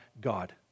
God